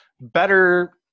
better –